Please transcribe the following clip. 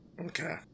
Okay